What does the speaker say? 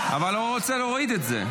רוצה להוריד את זה.